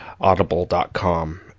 Audible.com